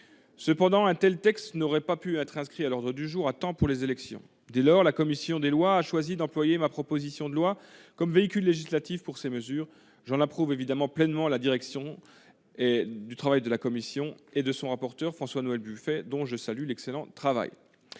Toutefois, un tel texte n'aurait pas pu être inscrit à l'ordre du jour à temps pour les élections. Dès lors, la commission des lois a choisi d'employer ma proposition de loi comme véhicule législatif de ces mesures. J'approuve pleinement la direction qu'a prise la commission dans son travail, sous la houlette de son rapporteur, François-Noël Buffet, dont je salue l'excellent travail.